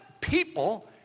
people